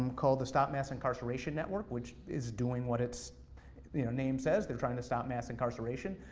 um called the stop mass incarceration network, which is doing what it's name says. they're trying to stop mass incarceration.